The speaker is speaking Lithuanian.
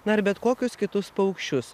na ir bet kokius kitus paukščius